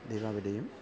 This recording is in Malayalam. ദീപാവലിയും